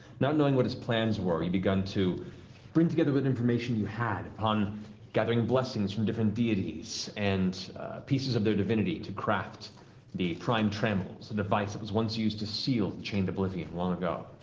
not knowing what his plans were, you began to bring together what information you had, upon gathering blessings from different deities and pieces of their divinity to craft the prime trammels, a device that was once used to seal the chained oblivion, long ago.